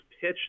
pitch